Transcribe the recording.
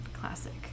Classic